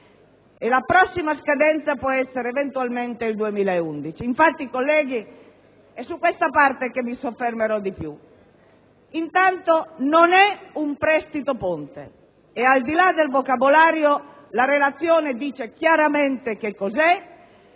La prossima scadenza può essere eventualmente il 2011. Colleghi, è su questo aspetto che mi soffermerò di più. Intanto non è un prestito ponte e, al di là del vocabolario, la relazione indica chiaramente che cosa